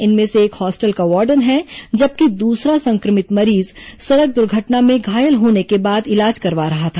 इनमें से एक हास्टल का वार्डन है जबकि दूसरा सं क्र मित मरीज सड़क दुर्घटना में घायल होने के बाद इलाज करवा रहा था